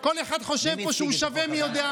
אנחנו נמשיך להוביל את מדינת ישראל על אפכם ועל חמתכם.